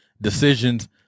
decisions